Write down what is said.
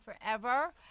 forever